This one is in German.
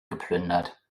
geplündert